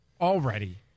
already